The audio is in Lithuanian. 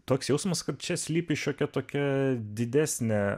toks jausmas kad čia slypi šiokia tokia didesnė